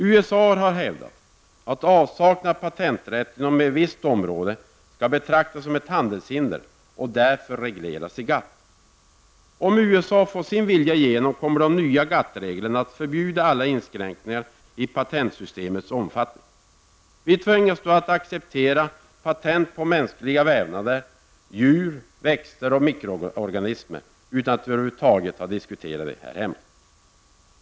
USA har hävdat att avsaknaden av patenträtt inom ett visst område skall betraktas som ett handelshinder och därför regleras i GATT. Om USA får sin vilja igenom kommer i de nya GATT reglerna alla inskränkningar i patentsystemet att förbjudas. Vi tvingas då att acceptera patent på mänskliga vävnader, djur, växter och mikroorganismer utan att vi över huvud taget har diskuterat det här hemma.